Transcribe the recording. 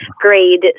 grade